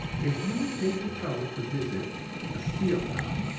if you will take the trouble to visit a steel town,